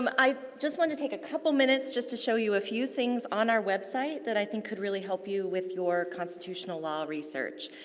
um i just want to take a couple minutes just to show you a few things on our website that, i think, could really help you with your constitutional law research,